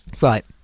right